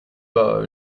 pas